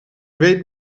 weet